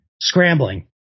scrambling